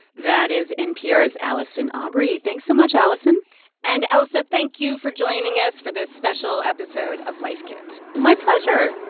that is npr's allison aubrey. thanks so much, allison and ailsa, thank you for joining us for this special episode of life kit my pleasure